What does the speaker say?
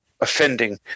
offending